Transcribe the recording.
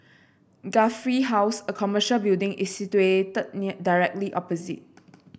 Guthrie House a commercial building is situated near directly opposite